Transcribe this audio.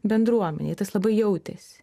bendruomenei tas labai jautėsi